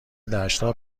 دشت